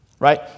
Right